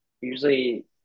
usually